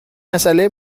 مساله